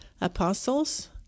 apostles